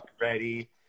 ready